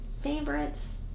Favorites